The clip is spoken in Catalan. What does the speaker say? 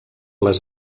les